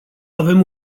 avem